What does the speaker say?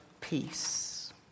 peace